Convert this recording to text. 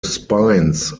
spines